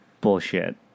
Bullshit